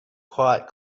quite